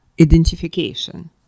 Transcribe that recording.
identification